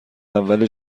اول